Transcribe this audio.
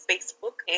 Facebook